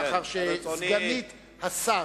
לאחר שסגנית השר,